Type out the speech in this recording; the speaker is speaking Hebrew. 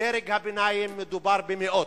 ובדרג הביניים מדובר במאות.